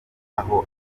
aho